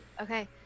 Okay